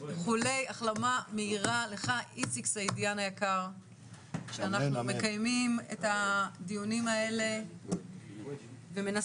החלמה מהירה לך איציק סעידיאן היקר שאנחנו מקיימים את הדיונים האלה ומנסים